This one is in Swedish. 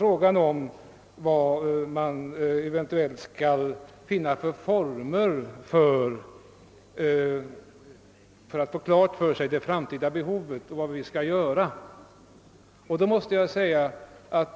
Frågan är alltså hur man skall klarlägga det framtida behovet.